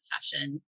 session